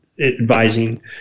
advising